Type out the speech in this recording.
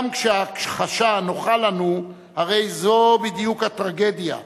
גם כשההכחשה נוחה לנו, הרי זו בדיוק הטרגדיה,